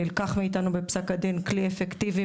נלקח מאתנו בפסק הדין כלי אפקטיבי,